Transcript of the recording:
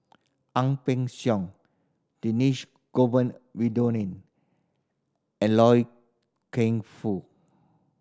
Ang Peng Siong Dhershini Govin Winodan and Loy Keng Foo